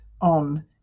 on